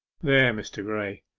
there, mr. graye,